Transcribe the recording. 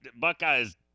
Buckeyes